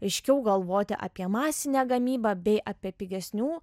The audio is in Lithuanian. aiškiau galvoti apie masinę gamybą bei apie pigesnių